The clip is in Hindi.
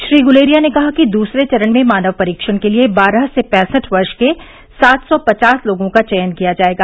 श्री गुलेरिया ने कहा कि दूसरे चरण में मानव परीक्षण के लिए बारह से पैंसठ वर्ष के सात सौ पचास लोगों का चयन किया जाएगा